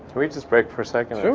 we just break for a second?